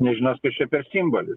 nežinos kas čia per simbolis